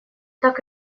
так